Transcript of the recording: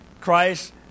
Christ